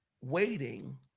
waiting